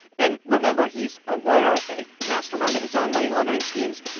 and remember, he's a lawyer, a mastermind of his own money laundering schemes.